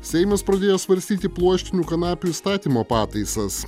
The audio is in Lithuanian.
seimas pradėjo svarstyti pluoštinių kanapių įstatymo pataisas